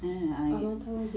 no no no I